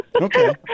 Okay